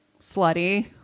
slutty